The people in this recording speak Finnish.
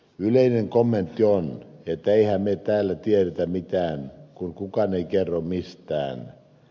yleinen kommentti on että emmehän me täällä tiedetä mitään kun kukaan ei kerro mistään